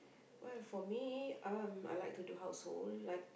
well for me um I like to do household like